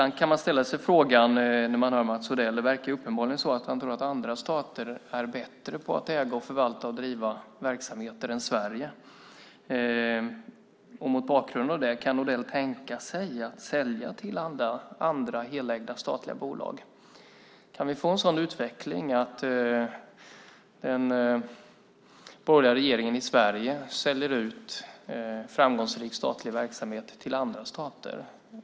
När man hör Mats Odell verkar det uppenbarligen som att han tror att andra stater är bättre på att äga, förvalta och driva verksamheter än Sverige. Mot bakgrund av det: Kan Odell tänka sig att sälja till andra helägda statliga bolag? Kan vi få en sådan utveckling att den borgerliga regeringen i Sverige säljer ut framgångsrik statlig verksamhet till andra stater?